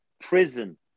prison